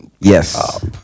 Yes